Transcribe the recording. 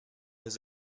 his